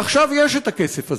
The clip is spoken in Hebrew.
עכשיו יש את הכסף הזה,